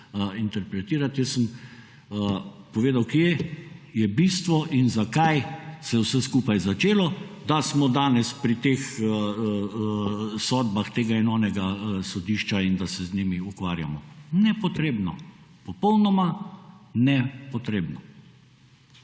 interpretirati. Jaz sem povedal, kje je bistvo in zakaj se je vse skupaj začelo, da smo danes pri teh sodbah tega in onega sodišča in da se z njimi ukvarjamo nepotrebno, popolnoma nepotrebno.